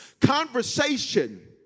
conversation